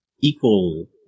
equal